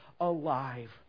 alive